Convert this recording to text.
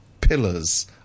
pillars